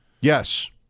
Yes